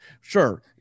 sure